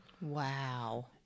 Wow